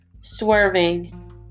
Swerving